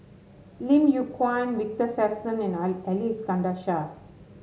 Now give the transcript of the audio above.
Lim Yew Kuan Victor Sassoon and Ai Ali Iskandar Shah